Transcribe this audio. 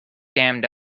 damned